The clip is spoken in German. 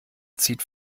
zieht